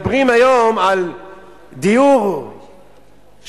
מדברים היום על דיור שיהיה,